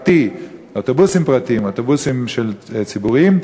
אוטובוסים פרטיים ואוטובוסים ציבוריים,